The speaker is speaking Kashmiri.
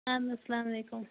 اَہَن حظ اسلامُ علیکُم